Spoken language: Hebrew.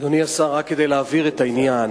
אדוני השר, רק כדי להבהיר את העניין: